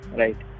right